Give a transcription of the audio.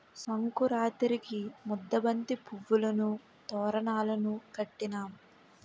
సంకురాతిరికి ముద్దబంతి పువ్వులును తోరణాలును కట్టినాం